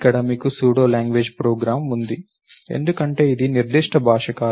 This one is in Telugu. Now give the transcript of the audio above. ఇక్కడ మీకు సూడో లాంగ్వేజ్ ప్రోగ్రామ్ ఉంది ఎందుకంటే ఇది నిర్దిష్ట భాష కాదు